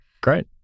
Great